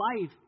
life